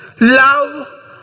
Love